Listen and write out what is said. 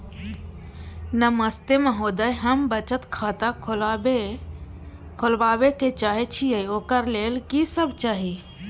नमस्ते महोदय, हम बचत खाता खोलवाबै चाहे छिये, ओकर लेल की सब चाही?